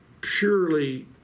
purely